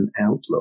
outlook